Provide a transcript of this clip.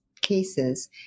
cases